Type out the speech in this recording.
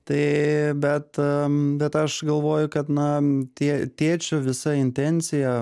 tai bet bet aš galvoju kad na m tė tėčio visa intencija